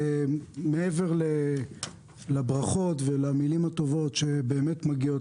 מעבר לברכות ולמילים הטובות שמגיעות